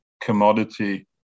commodity